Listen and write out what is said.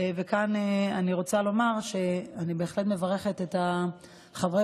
וכאן אני רוצה לומר שאני בהחלט מברכת את חברי